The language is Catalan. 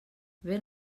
ben